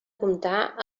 comptar